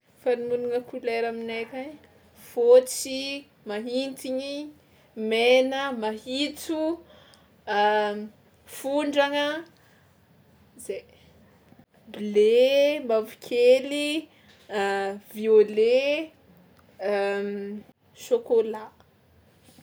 Fanononagna kolera aminay akagny: fôtsy, mahintiny, mena, mahitso, fondragna, zay; bleu, mavokely, violet, chocolat.